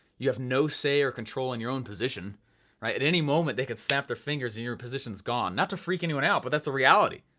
you have no say or control in your own position, all right. at any moment, they could snap their fingers and your position is gone. not to freak anyone out, but that's the reality.